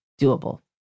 doable